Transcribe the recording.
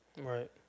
Right